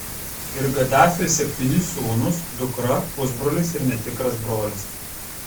ir gadafio septyni sūnūs dukra pusbrolis ir netikras brolis